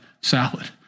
salad